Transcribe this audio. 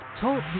TALK